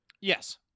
Yes